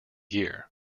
year